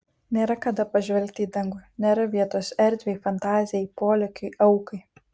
nėra kada pažvelgti į dangų nėra vietos erdvei fantazijai polėkiui aukai